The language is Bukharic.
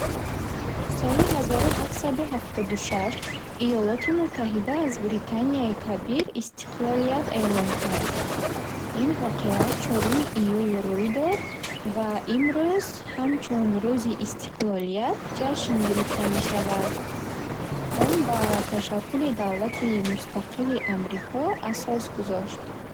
Соли ҳазору ҳафтсаду ҳафтоду шаш Иёлоти Муттаҳида аз Британияи Кабир истиқлолият эълон кард. Ин воқеа чоруми июл рӯй дод ва имрӯз ҳамчун Рӯзи Истиқлолият ҷашн гирифта мешавад. Он ба ташаккули давлати мустақили Амрико асос гузошт.